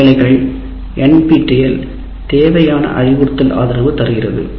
அவ்வேளைகளில் NPTEL தேவையான அறிவுறுத்தல் ஆதரவு தருகிறது